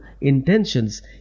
intentions